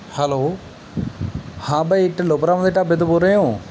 hello ਹਾਂ ਭਾਈ ਢਿੱਲੋ ਭਰਾਵਾਂ ਦੇ ਢਾਬੇ ਤੋਂ ਬੋਲ ਰਹੇ ਹੋ